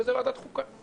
וזה בוועדת החוקה.